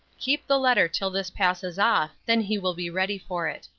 keep the letter till this passes off, then he will be ready for it.